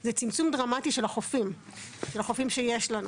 זה צמצום דרמטי של החופים שיש לנו.